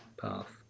path